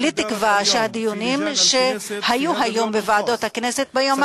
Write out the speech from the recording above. כולי תקווה שהדיונים שהיו היום בוועדות הכנסת ביום